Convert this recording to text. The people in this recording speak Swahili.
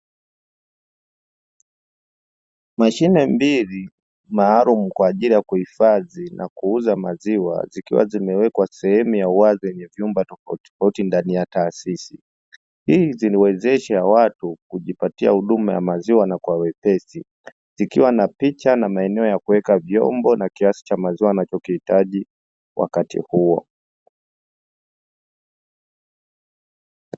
Mashine mbili maalumu kwa ajili ya kuhifadhi na kuuza maziwa zikiwa zimewekwa sehemu ya wazi yenye vyumba tofautitofauti ndani ya taasisi, hizi zinawezesha watu kujipatia huduma ya maziwa na kwa wepesi zikiwa na picha na maeneo ya kuweka vyombo na kiasi cha maziwa wanachokihitaji wakati huo.